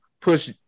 push